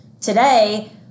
today